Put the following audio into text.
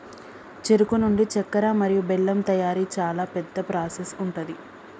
చెరుకు నుండి చెక్కర మరియు బెల్లం తయారీ చాలా పెద్ద ప్రాసెస్ ఉంటది